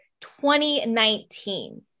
2019